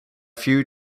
few